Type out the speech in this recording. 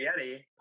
yeti